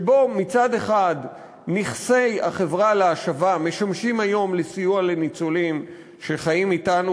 שבו מצד אחד נכסי החברה להשבה משמשים היום לסיוע לניצולים שחיים אתנו,